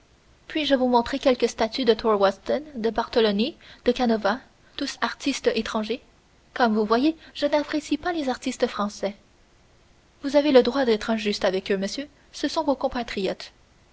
anciens puis-je vous montrer quelques statues de thorwaldsen de bartoloni de canova tous artistes étrangers comme vous voyez je n'apprécie pas les artistes français vous avez le droit d'être injuste avec eux monsieur ce sont vos compatriotes